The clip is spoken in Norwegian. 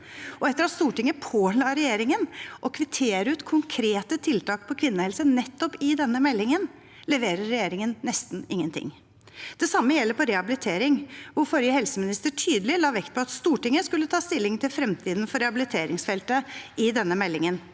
og etter at Stortinget påla regjeringen å kvittere ut konkrete tiltak for kvinnehelse i nettopp denne meldingen, leverer regjeringen nesten ingenting. Det samme gjelder rehabilitering. Forrige helseminister la tydelig vekt på at Stortinget skulle ta stilling til fremtiden for rehabiliteringsfeltet i denne meldingen.